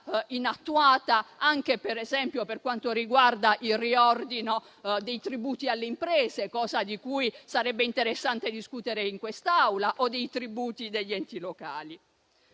inattuata anche, per esempio, per quanto riguarda il riordino dei tributi alle imprese, di cui sarebbe interessante discutere in quest'Aula, o dei tributi degli enti locali.